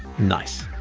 nice.